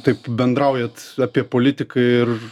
taip bendraujat apie politiką ir